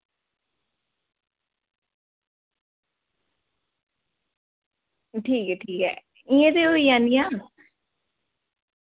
एह् ठीक ऐ ठीक ऐ में ते होई जानियां